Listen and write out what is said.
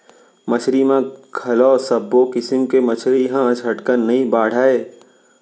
मछरी म घलौ सब्बो किसम के मछरी ह झटकन नइ बाढ़य